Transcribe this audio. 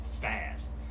fast